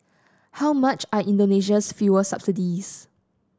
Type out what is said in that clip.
how much are Indonesia's fuel subsidies